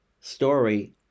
story